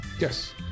Yes